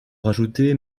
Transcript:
rajouter